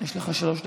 יש לך שלוש דקות.